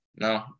no